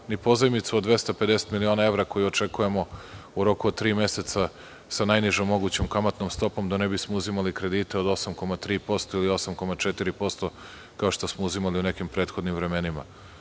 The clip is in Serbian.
ni pozajmicu od 250 miliona evra koju očekujemo u roku od tri meseca sa najnižom mogućom kamatnom stopom, da ne bismo uzimali kredite od 8,3% ili 8,4%, kao što smo uzimali u nekim prethodnim vremenima. Dakle,